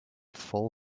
full